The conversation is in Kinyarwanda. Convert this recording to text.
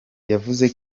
yavuze